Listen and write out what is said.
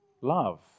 love